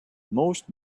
most